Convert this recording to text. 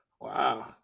wow